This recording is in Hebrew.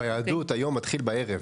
ביהדות, היום מתחיל בערב.